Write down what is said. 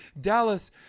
Dallas